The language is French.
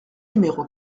numéro